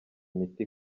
imiti